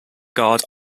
garde